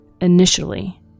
Initially